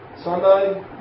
Sunday